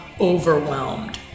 overwhelmed